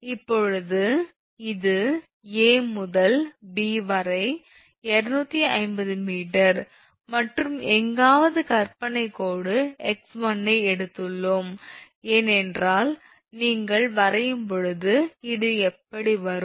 இப்போது இது A முதல் 𝐵 வரை 250 𝑚 மற்றும் எங்காவது கற்பனை கோடு x1 ஐ எடுத்துள்ளோம் ஏனென்றால் நீங்கள் வரையும்போது இது இப்படி வரும்